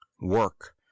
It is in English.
Work